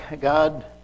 God